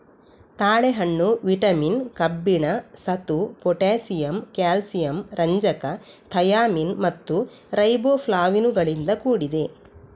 ತಾಳೆಹಣ್ಣು ವಿಟಮಿನ್, ಕಬ್ಬಿಣ, ಸತು, ಪೊಟ್ಯಾಸಿಯಮ್, ಕ್ಯಾಲ್ಸಿಯಂ, ರಂಜಕ, ಥಯಾಮಿನ್ ಮತ್ತು ರೈಬೋಫ್ಲಾವಿನುಗಳಿಂದ ಕೂಡಿದೆ